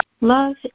Love